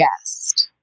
guest